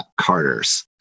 Carters